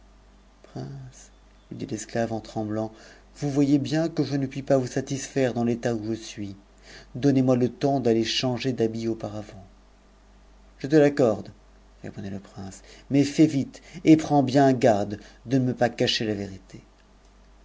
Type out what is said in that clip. lui dit l'esclave en tremblant vous voyez bien que je ne puis pas vous satisfaire dans l'état où je suis donnez-moi le temps d'aller changer d'habit auparavant je te l'accorde reprit le prince mais fais vite et prends bien garde de ne me pas cacher la writë